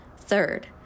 Third